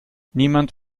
niemand